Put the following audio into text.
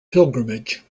pilgrimage